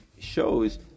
shows